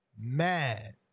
mad